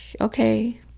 okay